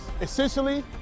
Essentially